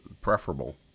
preferable